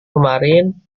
kemarin